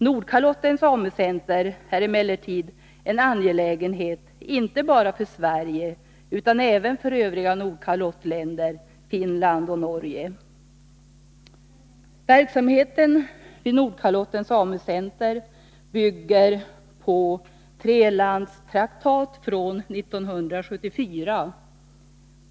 Nordkalottens AMU-center är emellertid en angelägenhet inte bara för Sverige utan även för de övriga Nordkalottländerna, Finland och Norge. Verksamheten vid Nordkalottens AMU-center bygger på en trelandstraktat från 1974.